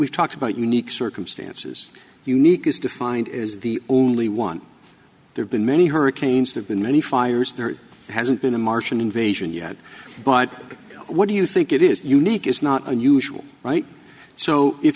we've talked about unique circumstances unique is defined is the only one there been many hurricanes there's been many fires there hasn't been a martian invasion you had but what do you think it is unique is not unusual right so if